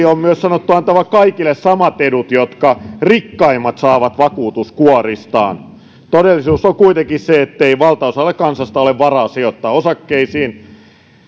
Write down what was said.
on myös sanottu antavan kaikille samat edut jotka rikkaimmat saavat vakuutuskuoristaan todellisuus on kuitenkin se ettei valtaosalla kansasta ole varaa sijoittaa osakkeisiin